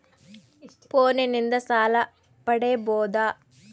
ಫೋನಿನಿಂದ ಸಾಲ ಪಡೇಬೋದ?